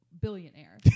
billionaire